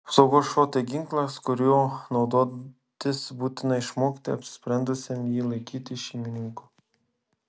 apsaugos šuo tai ginklas kuriuo naudotis būtina išmokti apsisprendusiam jį laikyti šeimininkui